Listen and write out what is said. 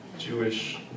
Jewish